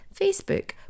Facebook